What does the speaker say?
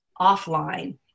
offline